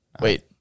Wait